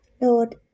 Lord